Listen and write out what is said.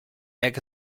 egg